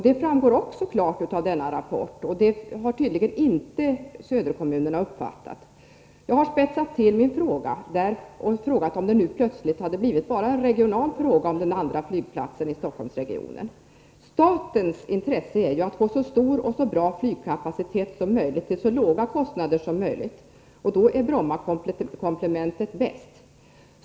Det framgår också klart av denna rapport — och det har tydligen inte söderkommunerna uppfattat. Jag har här spetsat till min fråga och frågat om det nu plötsligt hade blivit bara en regional fråga om en andra flygplats i Stockholmsregionen. Statens intresse är ju att få så stor och så bra flygkapacitet som möjligt till så låga kostnader som möjligt, och då är Brommakomplementet bäst.